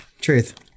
Truth